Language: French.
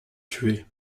tuer